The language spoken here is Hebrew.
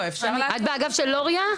את באגף של לוריא?